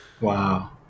Wow